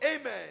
Amen